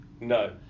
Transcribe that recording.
No